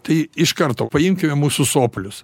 tai iš karto paimkime mūsų sopulius